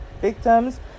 victims